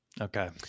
okay